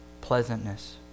pleasantness